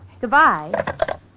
Goodbye